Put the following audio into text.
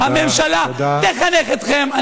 הממשלה תחנך אתכם.